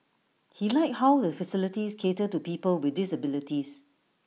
he liked how the facilities cater to people with disabilities